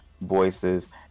voices